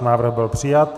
Návrh byl přijat.